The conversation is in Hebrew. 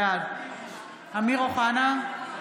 בעד אמיר אוחנה,